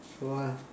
what